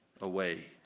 away